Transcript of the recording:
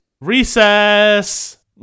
Recess